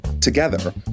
Together